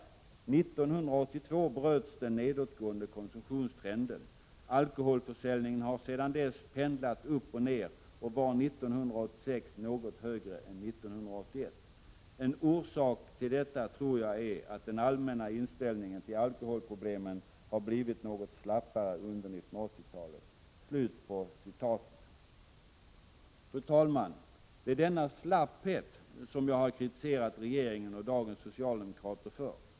1982 bröts den nedåtgående konsumtionstrenden. Alkoholförsäljningen har sedan dess pendlat upp och ner och var 1986 något högre än 1981. En orsak till detta tror jag är att den allmänna inställningen till alkoholproblemen har blivit något slappare under 1980-talet.” Fru talman! Det är denna slapphet som jag har kritiserat regeringen och dagens socialdemokrater för.